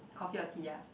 coffee or tea ah